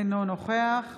אינו נוכח